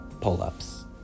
pull-ups